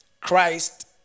Christ